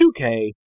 2K